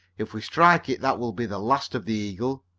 if we strike it that will be the last of the eagle.